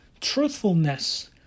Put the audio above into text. truthfulness